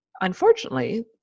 unfortunately